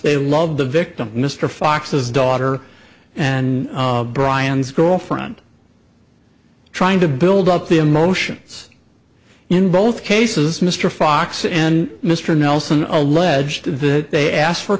they loved the victim mr fox's daughter and brian's girlfriend trying to build up the emotions in both cases mr fox and mr nelson alleged that they asked for